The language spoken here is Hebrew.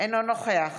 אינו נוכח